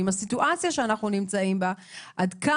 עם הסיטואציה שאנחנו נמצאים בה,